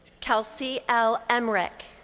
kelsey l. emric.